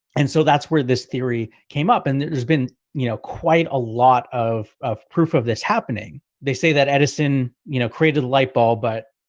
and so that's where this theory came up. and there's been, you know, quite a lot of of proof of this happening. they say that edison, you know, created a light bulb, but,